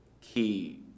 key